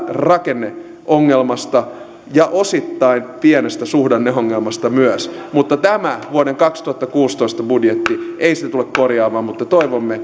rakenneongelmasta ja osittain pienestä suhdanneongelmasta myös mutta tämä vuoden kaksituhattakuusitoista budjetti ei sitä tule korjaamaan mutta toivomme